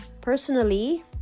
Personally